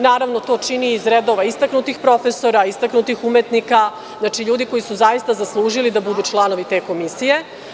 Naravno, to čini iz redova istaknutih profesora, istaknutih umetnika, znači ljudi koji su zaista zaslužili da budu članovi te komisije.